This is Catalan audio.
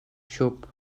xup